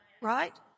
right